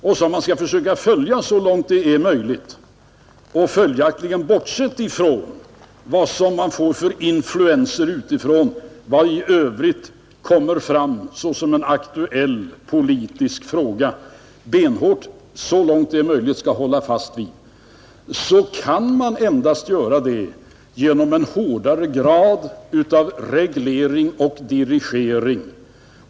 Om man skall kunna benhårt hålla fast vid planeringen med bortseende från de influenser som kommer utifrån måste man tillämpa en hårdare reglering och dirigering.